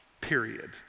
period